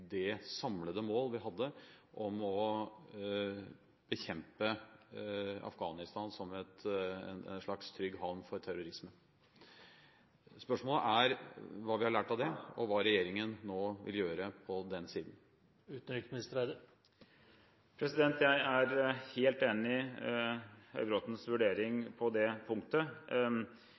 det samlede mål vi hadde om å bekjempe Afghanistan som en slags trygg havn for terrorisme. Spørsmålet er hva vi har lært av det og hva regjeringen nå vil gjøre på den siden. Jeg er helt enig i Høybråtens vurdering på det punktet.